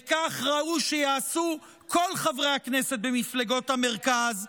וכך ראוי שיעשו כל חברי הכנסת במפלגות המרכז,